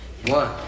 One